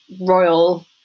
royal